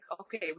okay